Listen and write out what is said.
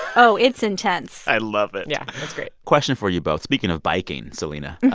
oh, it's intense i love it yeah, it's great question for you both. speaking of biking, selena,